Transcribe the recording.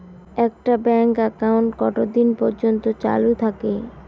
একটা bank account কতদিন পর্যন্ত চালু থাকে?